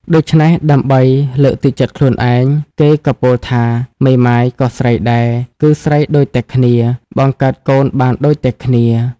ដូច្នេះ ដើម្បីលើកទឹកចិត្តខ្លួនឯង គេក៏ពោលថា មេម៉ាយក៏ស្រីដែរ គឺស្រីដូចតែគ្នា បង្កើតកូនបានដូចតែគ្នា ។